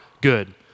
good